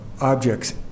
objects